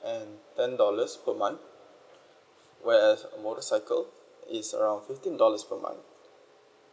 and ten dollars per month where else motorcycle is around fifteen dollars per month